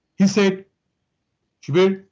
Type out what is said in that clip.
he said subir,